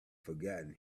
forgotten